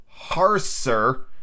harser